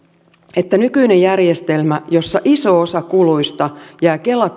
että nykyinen järjestelmä jossa iso osa kuluista jää kela